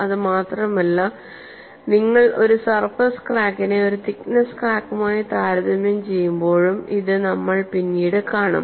ഇത് മാത്രമല്ല നിങ്ങൾ ഒരു സർഫസ് ക്രാക്കിനെ ഒരു തിക്നെസ്സ് ക്രാക്കുമായി താരതമ്യം ചെയ്യുമ്പോഴും ഇത് നമ്മൾ പിന്നീട് കാണും